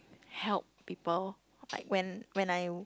help people like when when I